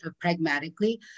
pragmatically